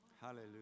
Hallelujah